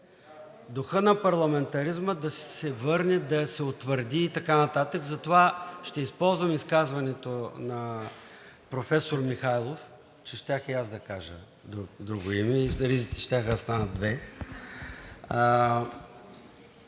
духът на парламентаризма да се върне, да се утвърди и така нататък, и затова ще използвам изказването на професор Михайлов, щях и аз да кажа друго име и ризите щяха да станат две.